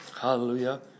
Hallelujah